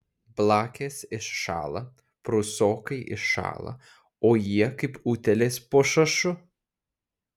blakės iššąla prūsokai iššąla o jie kaip utėlės po šašu